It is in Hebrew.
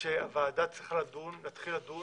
שהוועדה צריכה להתחיל לדון